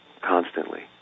constantly